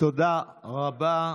תודה רבה.